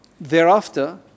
Thereafter